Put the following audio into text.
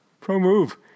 Pro-move